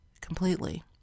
completely